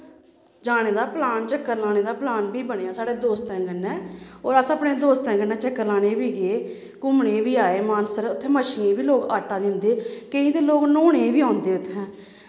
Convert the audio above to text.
जाने दा प्लान चक्कर लाने दा प्लान बी बनेआ साढ़े दोस्तें कन्नै होर अस अपने दोस्तें कन्नै चक्कर लाने बी गे घूमने बी आए मानसर उत्थें मच्छियें बी लोग आटा दिंदे केईं ते लोग न्होने बी औंदे उत्थें